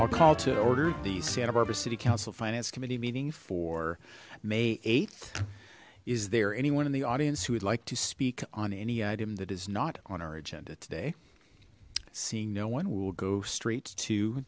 i'll call to order the santa barbara city council finance committee meeting for may th is there anyone in the audience who would like to speak on any item that is not on our agenda today seeing no one will go straight to